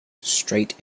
straight